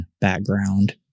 background